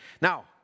Now